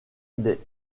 des